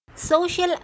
Social